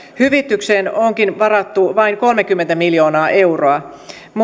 hyvitykseen onkin varattu vain kolmekymmentä miljoonaa euroa mutta